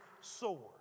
sword